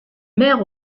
mère